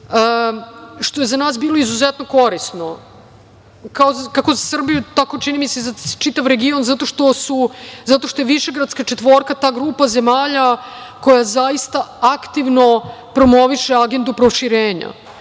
što je za nas bilo izuzetno korisno, kako za Srbiju, tako i za, čini mi se, i za čitav region, zato što je Višegradska četvorka ta grupa zemalja koja zaista aktivno promoviše agendu proširenja.